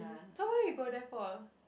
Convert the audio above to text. so why you go there for